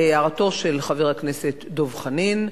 להערתו של חבר הכנסת דב חנין,